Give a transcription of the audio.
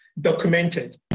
documented